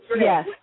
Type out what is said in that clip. Yes